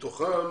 ומתוכם